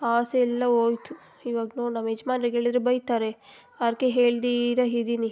ಆಸೆಯೆಲ್ಲ ಹೋಯ್ತು ಇವಾಗ ನೋಡು ನಮ್ಮ ಯಜಮಾನ್ರಿಗೇಳಿದ್ರೆ ಬೈತಾರೆ ಅದ್ಕೆ ಹೇಳ್ದೀರ ಇದಿನಿ